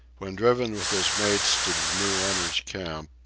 when driven with his mates to the new owners' camp,